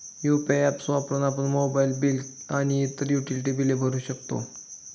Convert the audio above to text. UPI apps वापरून आपण mobile bill आणि इतर युटिलिटी बिले भरू शकतो